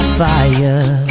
fire